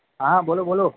હા બોલો બોલો